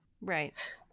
Right